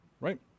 Right